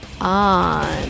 on